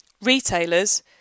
retailers